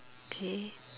K